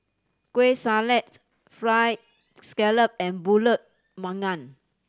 Kueh Salat Fried Scallop and Pulut Panggang